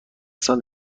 سال